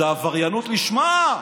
זו עבריינות לשמה,